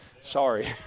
Sorry